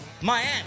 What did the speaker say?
Miami